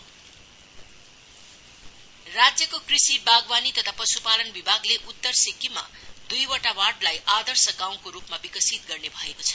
model village राज्यको कृषि वागवानी तथा पशुपालन विभागले उत्तर सिक्किममा दुइवटा वार्डलाई आदर्श गाउँको रूपमा विकसित गर्ने भएको छ